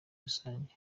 rusange